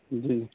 جی